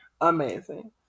amazing